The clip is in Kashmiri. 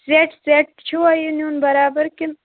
سٮ۪ٹ سٮ۪ٹ چھُوا یہِ نِیُن بَرابَر کِنہٕ